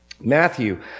Matthew